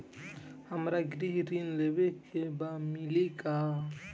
हमरा गृह ऋण लेवे के बा मिली का?